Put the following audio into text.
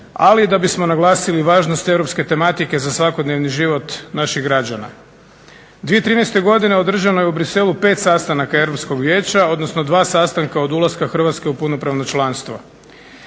i da bismo naglasili važnost europske tematike za svakodnevni život naših građana. 2013. godine održano je u Bruxellesu 5 sastanaka Europskog vijeća, odnosno dva sastanka od ulaska Hrvatske u punopravno članstvo.